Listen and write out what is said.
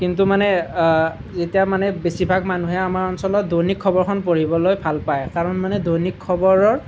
কিন্তু মানে যেতিয়া মানে বেছিভাগ মানুহে আমাৰ অঞ্চলত দৈনিক খবৰখন পঢ়িবলৈ ভাল পায় কাৰণ মানে দৈনিক খবৰৰ